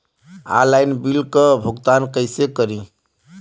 Online bill क भुगतान कईसे करी?